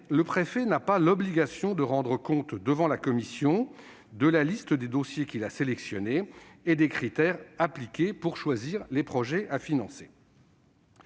le préfet n'a pas l'obligation de rendre compte devant la commission de la liste des dossiers qu'il a sélectionnés et des critères appliqués pour choisir les projets à financer.